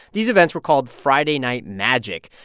these events were called friday night magic.